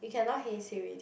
you cannot already